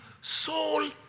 soul